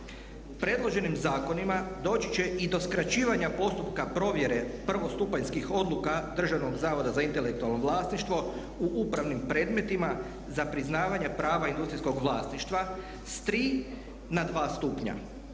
Predloženim zakonima doći će i do skraćivanja postupka provjere prvostupanjskih odluka Državnog zavoda za intelektualno vlasništvo u upravnim predmetima za priznavanje prava industrijskog vlasništva s 3 na 2 stupnja.